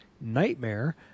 Nightmare